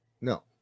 no